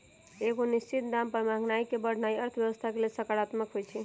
एगो निश्चित दाम पर महंगाई के बढ़ेनाइ अर्थव्यवस्था के लेल सकारात्मक होइ छइ